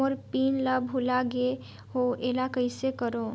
मोर pin ला भुला गे हो एला कइसे करो?